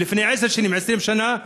לפני עשר ו-20 שנה,